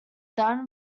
done